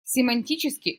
семантически